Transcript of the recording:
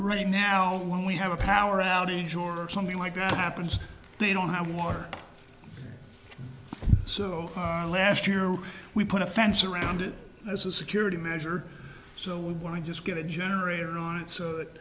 right now when we have a power outage or something like that happens they don't have water so last year we put a fence around it as a security measure so we want to just get a generator on it so that